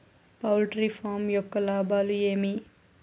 poultry farm యొక్క లాభాలు ఏమి